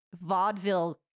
vaudeville